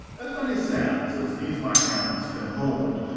as many sands as these my hands can hold,